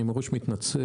אני מראש מתנצל,